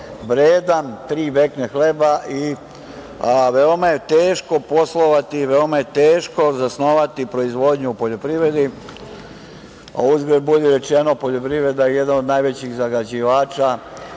vredan tri vekne hleba. Veoma je teško poslovati, veoma je teško zasnovati proizvodnju u poljoprivredi. Uzgred, budi rečeno, poljoprivreda je jedan od najvećih zagađivača